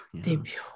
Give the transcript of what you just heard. debut